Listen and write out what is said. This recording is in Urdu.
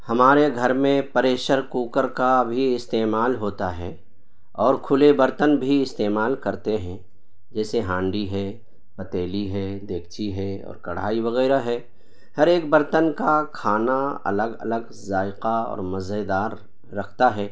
ہمارے گھر میں پریشر کوکر کا بھی استعمال ہوتا ہے اور کھلے برتن بھی استعمال کرتے ہیں جیسے ہانڈی ہے پتیلی ہے دیگچی ہے اور کڑھائی وغیرہ ہے ہر ایک برتن کا کھانا الگ الگ ذائقہ اور مزےدار رکھتا ہے